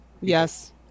Yes